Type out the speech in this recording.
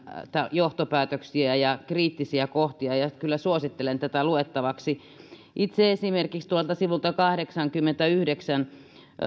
johtopäätöksiä ja kriittisiä kohtia kyllä suosittelen tätä luettavaksi itse esimerkiksi tuolta sivulta kahdeksankymmenenyhdeksän